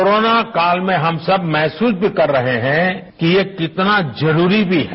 corona काल में हम सब महसूस भी कर रहे है कि ये कितना जरूरी भी है